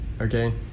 Okay